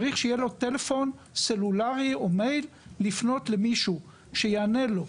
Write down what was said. צריך שיהיה לו טלפון סלולרי או מייל לפנות למישהו שיענה לו,